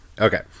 Okay